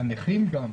גם הנכים.